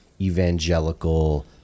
evangelical